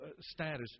status